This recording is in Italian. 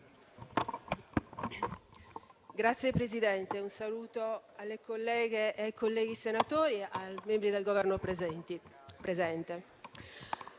Signora Presidente, rivolgo un saluto alle colleghe e ai colleghi senatori e ai membri del Governo presenti.